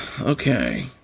Okay